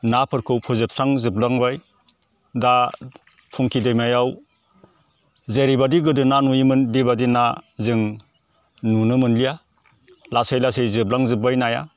नाफोरखौ फोजोबस्रां जोबलांबाय दा फुंखि दैमायाव जेरैबायदि गोदो ना नुयोमोन बेबायदि ना जों नुनो मोनलिया लासै लासै जोबलां जोबबाय नाया